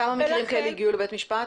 כמה מקרים כאלה הגיעו לבית משפט?